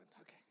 Okay